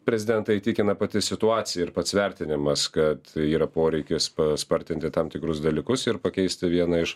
prezidentą įtikina pati situacija ir pats vertinimas kad yra poreikis paspartinti tam tikrus dalykus ir pakeisti vieną iš